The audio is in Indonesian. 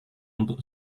untuk